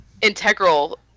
integral